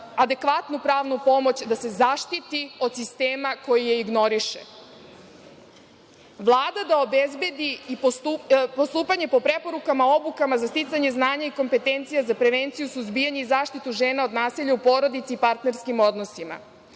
adekvatnu pravnu pomoć, da se zaštiti od sistema koji je ignoriše? Vlada da obezbedi i postupanje po preporukama, obukama za sticanje znanja i kompetencija za prevenciju, suzbijanje i zaštitu žena od nasilja u porodici i partnerskim odnosima.